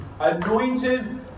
anointed